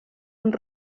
amb